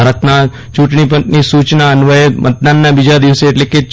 ભારતના ચૂંટણી પંચની સૂચના અન્વયે મતદાનના બીજા દિવસે એટલે કે તા